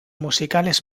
musicales